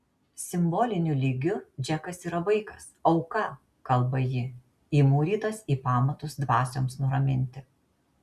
simboliniu lygiu džekas yra vaikas auka kalba ji įmūrytas į pamatus dvasioms nuraminti